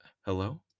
hello